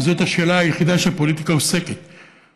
וזאת השאלה היחידה שהפוליטיקה עוסקת בה.